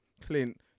clint